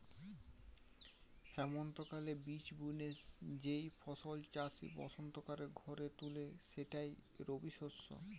হেমন্তকালে বীজ বুনে যেই ফসল চাষি বসন্তকালে ঘরে তুলে সেটাই রবিশস্য